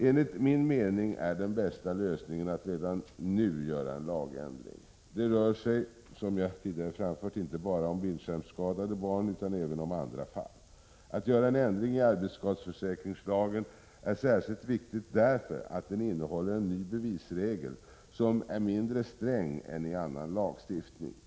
Enligt min mening är den bästa lösningen att redan nu göra en lagändring. Som jag tidigare framfört rör det sig inte bara om bildskärmsskadade barn utan även om andra fall. Att göra en ändring i arbetsskadeförsäkringslagen är särskilt viktigt därför att den innehåller en ny bevisregel som är mindre sträng än bevisregler i annan lagstiftning.